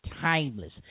timeless